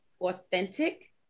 authentic